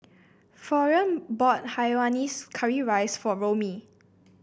Florian bought Hainanese Curry Rice for Romie